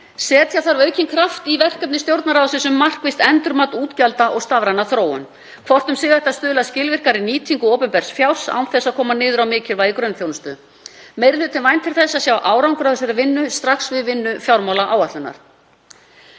Setja þarf aukinn kraft í verkefni Stjórnarráðsins um markvisst endurmat útgjalda og stafræna þróun. Hvort um sig ætti að stuðla að skilvirkari nýtingu opinbers fjár án þess að koma niður á mikilvægi grunnþjónustu. Meiri hlutinn væntir þess að sjá árangur af þeirri vinnu strax við vinnu fjármálaáætlunar.